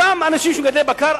אותם אנשים שהם מגדלי בקר,